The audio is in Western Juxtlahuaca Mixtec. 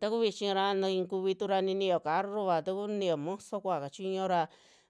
Taku vichira na ikuvi tura niniyo carrova taku niniyo moso kuaa kachiño ra